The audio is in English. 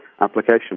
application